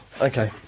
Okay